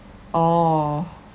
oh